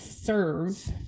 serve